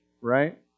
Right